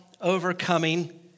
overcoming